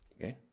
Okay